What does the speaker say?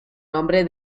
nombre